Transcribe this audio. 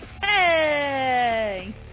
hey